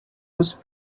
was